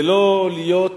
ולא להיות